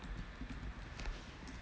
um